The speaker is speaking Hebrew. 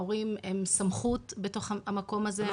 ההורים הם סמכות בתוך המקום הזה.